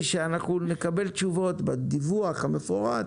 שאנחנו נקבל תשובות בדיווח המפורט על